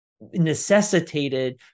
necessitated